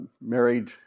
married